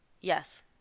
Yes